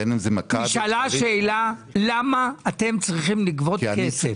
-- היא שאלה למה אתם צריכים לגבות כסף?